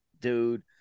Dude